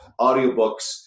audiobooks